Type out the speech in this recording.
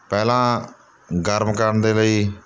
ਪਹਿਲਾਂ ਗਰਮ ਕਰਨ ਦੇ ਲਈ